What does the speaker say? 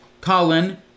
Colin